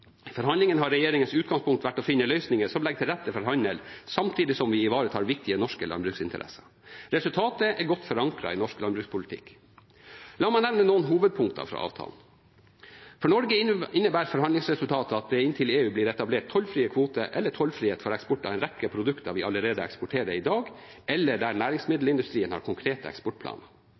forhandlingene har regjeringens utgangspunkt vært å finne løsninger som legger til rette for handel, samtidig som vi ivaretar viktige norske landbruksinteresser. Resultatet er godt forankret i norsk landbrukspolitikk. La meg nevne noen hovedpunkter fra avtalen. For Norge innebærer forhandlingsresultatet at det inn til EU blir etablert tollfrie kvoter eller tollfrihet for eksport av en rekke produkter vi allerede eksporterer i dag, eller der næringsmiddelindustrien har konkrete eksportplaner.